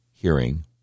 hearing